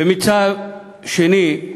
ומצד שני,